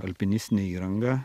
alpinistinę įrangą